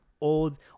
old